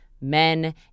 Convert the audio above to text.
men